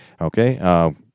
Okay